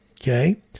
okay